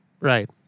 Right